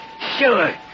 Sure